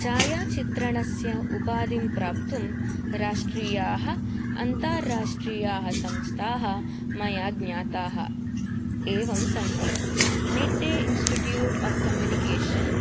छायाचित्रणस्य उपाधिं प्राप्तुं राष्ट्रियाः अन्तर्राष्ट्रियाः संस्थाः मया ज्ञाताः एवं सन्ति निट्टे इन्स्टिट्युट् आफ़् कम्युनिकेशन्